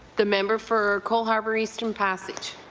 the member for cole harbour-eastern passage.